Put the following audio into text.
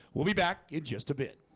we'll be back in just a bit